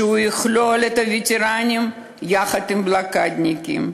שיכלול את הווטרנים יחד עם הבלוקדניקים,